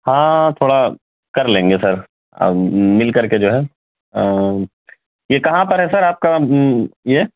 ہاں تھوڑا کر لیں گے سر اب مل کر کے جو ہے یہ کہاں پر ہے سر آپ کا یہ